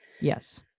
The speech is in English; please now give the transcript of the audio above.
yes